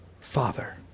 Father